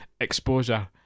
exposure